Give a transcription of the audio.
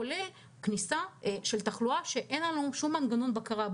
כולל כניסה של תחלואה כשאין לנו שום מנגנון בקרה.